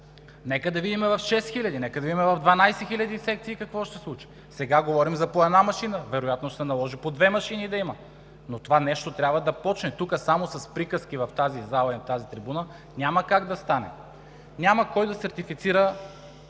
нека да видим в дванадесет хиляди секции какво ще се случи! Сега говорим за по една машина, вероятно ще се наложи по две машини да има, но това нещо трябва да започне. Тук само с приказки в тази зала и на тази трибуна няма как да стане. Няма кой да сертифицира